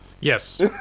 Yes